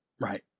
Right